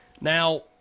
Now